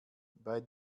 bei